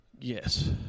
Yes